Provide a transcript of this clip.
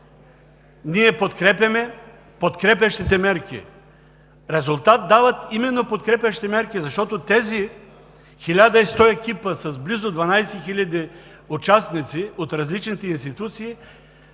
ние подкрепяме подкрепящите мерки. Резултат дават именно подкрепящите мерки, защото тези 1100 екипа с близо 12 хиляди участници от различните институции